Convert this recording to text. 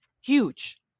Huge